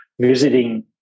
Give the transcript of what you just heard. visiting